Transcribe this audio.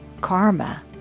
karma